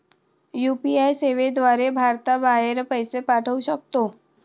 UPI सेवेद्वारे भारताबाहेर पैसे पाठवू शकतो